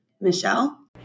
Michelle